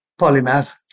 polymath